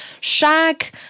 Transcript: shag